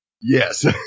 Yes